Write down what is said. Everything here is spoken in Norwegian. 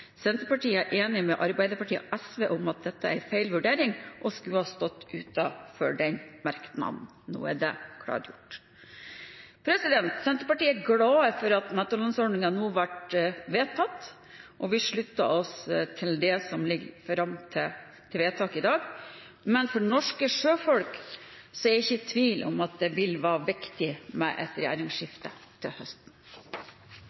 Senterpartiet er enige med Arbeiderpartiet og SV om at dette er en feil vurdering, og skulle ha stått utenfor denne merknaden. Men nå er det klargjort. Senterpartiet er glad for at nettolønnsordningen nå blir vedtatt, og vi slutter oss til framlegget til vedtak. Men for norske sjøfolk er jeg ikke i tvil om at det vil være viktig med et